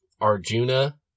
Arjuna